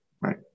right